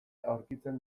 aurkitzen